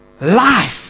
life